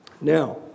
Now